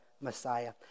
Messiah